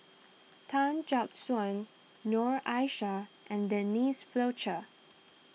Tan Jack Suan Noor Aishah and Denise Fletcher